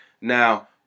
Now